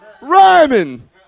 Rhyming